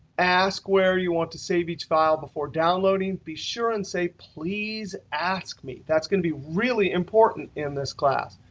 ask where you want to save each file before downloading be sure and say please ask me. that's going to be really important in this class.